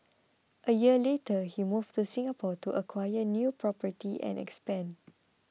a year later he moved to Singapore to acquire new property and expand